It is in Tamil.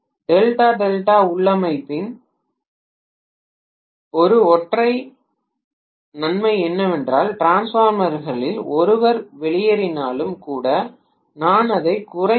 டெல்டா டெல்டா உள்ளமைவின் ஒரு ஒற்றை நன்மை என்னவென்றால் டிரான்ஸ்ஃபார்மர்களில் ஒருவர் வெளியேறினாலும் கூட நான் அதை குறைந்த கே